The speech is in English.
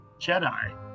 Jedi